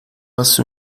hace